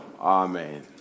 Amen